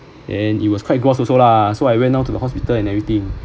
and it was quite gross also lah so I went down to the hospital and everything